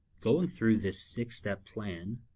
going through this six step plan